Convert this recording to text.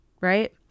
right